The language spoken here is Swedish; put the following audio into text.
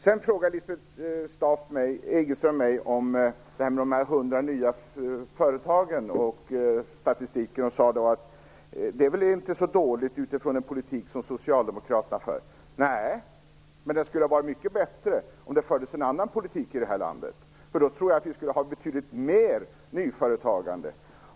Sedan frågar Lisbeth Staaf-Igelström mig om de hundra nya företagen och den statistiken. Hon sade att det är väl inte så dåligt utifrån den politik som Socialdemokraterna för. Nej, men det skulle ha varit mycket bättre om det förts en annan politik i det här landet. Då tror jag att vi skulle ha betydligt mer nyföretagande.